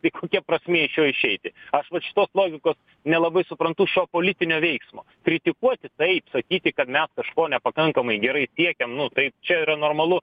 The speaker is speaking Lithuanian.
tai kokia prasmė iš jo išeiti aš vat šitos logikos nelabai suprantu šio politinio veiksmo kritikuoti taip sakyti kad mes kažko nepakankamai gerai siekiam nu tai čia yra normalu